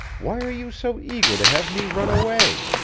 why are you so eager to have me run away?